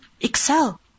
excel